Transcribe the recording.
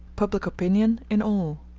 public opinion in all.